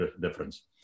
difference